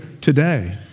today